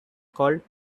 called